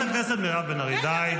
חברת הכנסת מירב בן ארי, די.